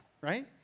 right